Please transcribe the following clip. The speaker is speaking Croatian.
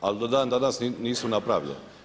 Ali do dan danas nisu napravljeni.